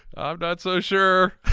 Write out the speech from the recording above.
i'm not so sure.